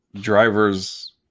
driver's